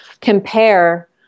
compare